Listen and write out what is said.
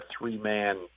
three-man